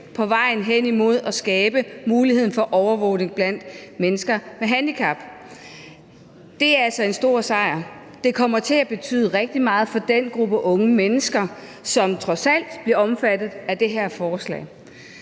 på vejen hen imod at skabe muligheden for overvågning blandt mennesker med handicap. Det er altså en stor sejr. Det kommer til at betyde rigtig meget for den gruppe unge mennesker, som trods alt bliver omfattet af det her forslag.